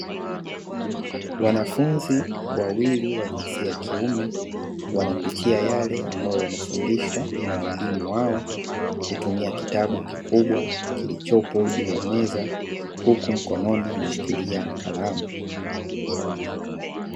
Wanafunzi wawili wa jinsia ya kiume wanapitia yale ambayo wamefundishwa na walimu wao kutumia kitabu kikubwa kilichopo juu ya meza. Huku mkononi wameshikilia kalamu.